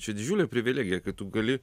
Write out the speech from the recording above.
čia didžiulė privilegija kad tu gali